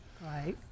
Right